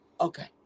Okay